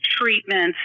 treatments